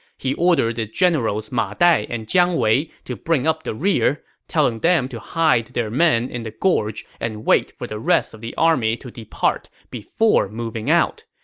he ordered the generals ma dai and jiang wei to bring up the rear, telling them to hide their men in the gorge and wait for the rest of the army to depart before moving out.